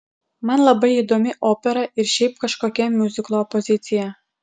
man labai įdomi opera ir šiaip kažkokia miuziklo opozicija